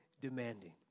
demanding